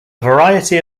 variety